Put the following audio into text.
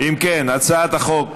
אם כן, הצעת חוק